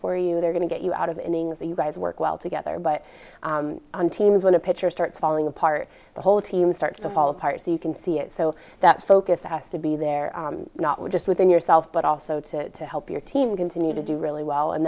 for you they're going to get you out of innings and you guys work well together but on teams when a pitcher starts falling apart the whole team starts to fall apart so you can see it so that focus has to be there not just within yourself but also to help your team continue to do really well and